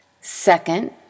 Second